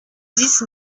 dix